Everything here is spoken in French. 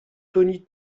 tony